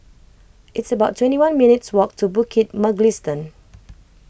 it's about twenty one minutes' walk to Bukit Mugliston